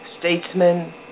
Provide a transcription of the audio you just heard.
statesman